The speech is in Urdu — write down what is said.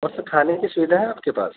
اور سر کھانے کی سویدھا ہے آپ کے پاس